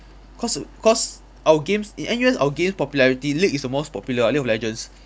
cause cause our games in N_U_S our games popularity league is the most popular ah league of legends